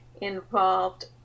involved